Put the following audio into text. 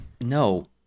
no